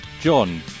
John